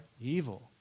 evil